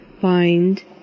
find